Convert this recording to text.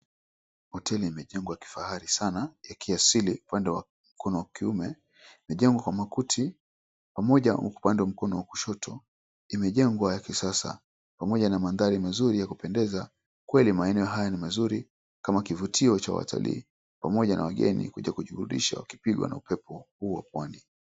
Hoteli imejengwa kifahari sana ya kiasili upande wa mkono wa kiume imejengwa kwa makuti pamoja na upande wa mkono wa kushoto imejengwa ya kisasa pamoja na maandhari mazuri ya kupendeza kweli maeneo haya ni mazuri kama kivutio cha watalii pamoja na wageni kuja kujiburudisha wakipigwa na upepo huu wa pwani.